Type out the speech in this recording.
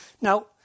Now